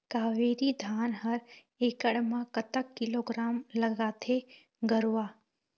कावेरी धान हर एकड़ म कतक किलोग्राम लगाथें गरवा?